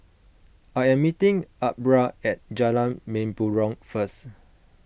I am meeting Aubra at Jalan Mempurong first